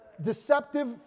deceptive